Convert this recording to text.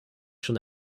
schon